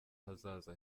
hazaza